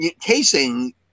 casing